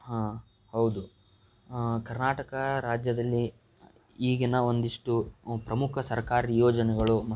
ಹಾಂ ಹೌದು ಕರ್ನಾಟಕ ರಾಜ್ಯದಲ್ಲಿಈಗಿನ ಒಂದಿಷ್ಟು ಪ್ರಮುಖ ಸರ್ಕಾರಿ ಯೋಜನೆಗಳು ಮತ್ತು